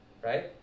right